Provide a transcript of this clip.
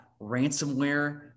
ransomware